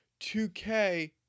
2K